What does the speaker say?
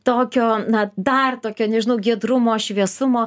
tokio na dar tokio nežinau giedrumo šviesumo